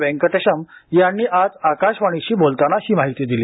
वेंकटेशम यांनी आज आकाशवाणीशी बोलताना ही माहिती दिली